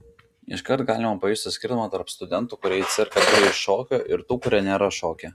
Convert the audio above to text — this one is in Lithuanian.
iškart galima pajusti skirtumą tarp studentų kurie į cirką atėjo iš šokio ir tų kurie nėra šokę